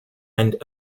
and